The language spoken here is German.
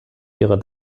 ihrer